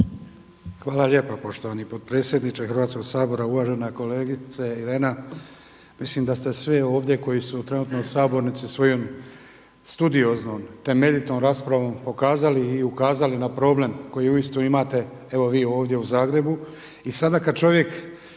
Hvala lijepa poštovani potpredsjedniče Hrvatskog sabora. Uvažena kolegice Irena, mislim da ste svi ovdje koji su trenutno u sabornici svojom studioznom, temeljitom raspravom pokazali i ukazali na problem koji uistinu imate evo vi ovdje u Zagrebu.